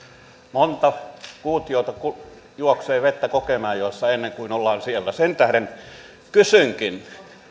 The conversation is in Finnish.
monta kuutiota juoksee vettä kokemäenjoessa ennen kuin ollaan siellä sen tähden kysynkin